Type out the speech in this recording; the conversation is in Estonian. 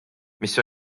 mis